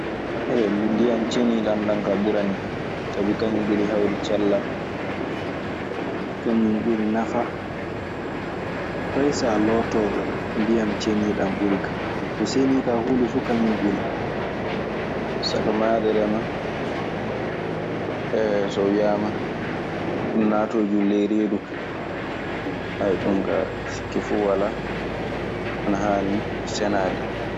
ndiyan ceniiɗan ɗan kaa ɓuranikan, sabi kañun ɓuri heewde cellal. Kañun ɓuri nafa. Fay so a loototooɗo, ndiyan ceniiɗan ɓuri ka. Ko senii kaa, huunde fuu kañun ɓuri. Sakamaaderema so wiyaama naatoojun ley reedu kaa. Ɗun kaa sikke fu walaa, ana haani senaade.